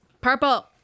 purple